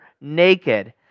naked